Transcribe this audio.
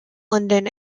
london